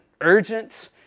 urgent